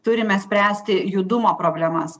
turime spręsti judumo problemas